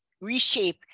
reshape